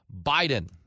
Biden